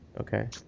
Okay